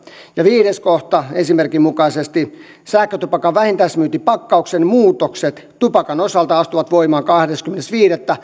ja viides kohta esimerkin mukaisesti viisi sähkötupakan vähittäismyyntipakkauksen muutokset tupakan osalta astuvat voimaan kahdeskymmenes viidettä